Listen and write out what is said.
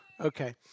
Okay